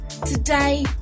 Today